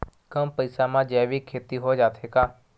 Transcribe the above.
कम पईसा मा जैविक खेती हो जाथे का?